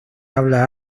habla